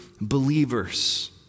believers